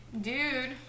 dude